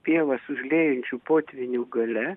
pievas užliejančių potvynių galia